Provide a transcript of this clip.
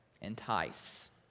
entice